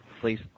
Please